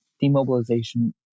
demobilization